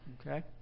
Okay